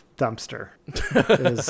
dumpster